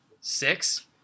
six